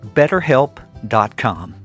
betterhelp.com